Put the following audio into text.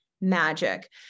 magic